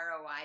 ROI